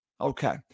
okay